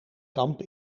kamp